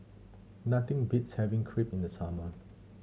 nothing beats having Crepe in the summer